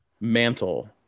mantle